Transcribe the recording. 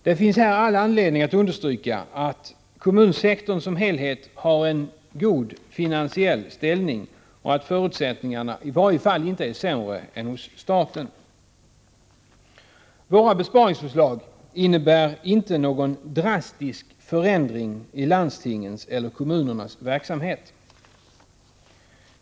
Det finns här all anledning att understryka att kommunsektorn som helhet har en god finansiell ställning och att förutsättningarna i varje fall inte är sämre än hos staten. Våra besparingsförslag innebär inte någon drastisk förändring i landstingens eller kommunernas verksamhet.